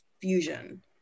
fusion